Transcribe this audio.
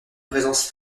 présence